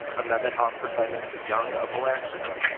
amendment offered by mr. young of alaska.